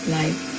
life